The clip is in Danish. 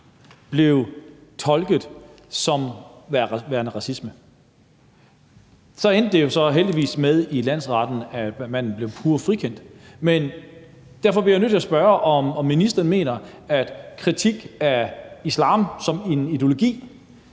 blev tolket som værende racisme. Så endte det jo heldigvis med, at manden blev pure frikendt i landsretten. Derfor bliver jeg nødt til at spørge, om ministeren mener, at det er okay, at kritik af islam som en ideologi